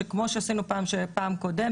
כמו שעשינו בפעם הקודמת,